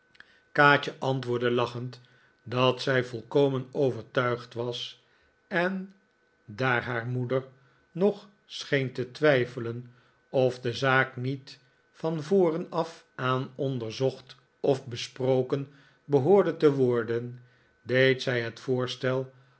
kaatje antwoordde lachend dat zij volkomen overtuigd was en daar haar moeder nog scheen te twijfelen of de zaak niet van voren af aan onderzocht of besproken behoorde te worden deed zij het voorstel